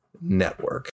Network